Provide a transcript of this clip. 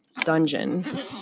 dungeon